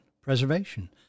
preservation